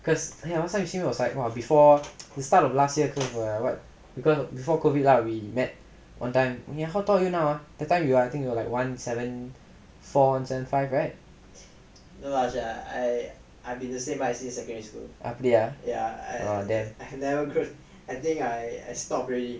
cause last time it was like before the start of last year for what because before COVID lah we met that time anyhow talk you know that time you I think you were like one seven four seven five right அப்டியா:apdiyaa